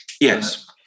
Yes